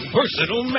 personal